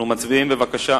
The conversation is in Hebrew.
נציג את זה בוועדת חוץ וביטחון.